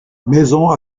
maisons